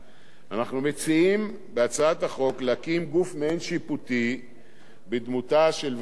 אנחנו מציעים בהצעת החוק להקים גוף מעין שיפוטי בדמותה של ועדה מייעצת.